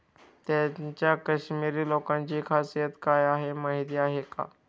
त्यांच्यात काश्मिरी लोकांची खासियत काय आहे माहीत आहे का?